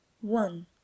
one